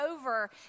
over